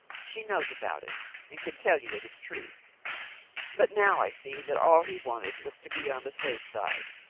she knows about it and can tell you it is true but now i see that all he wanted was to be on the safe side,